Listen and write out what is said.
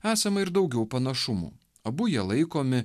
esama ir daugiau panašumų abu jie laikomi